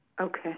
Okay